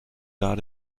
gar